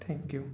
thank you